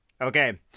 Okay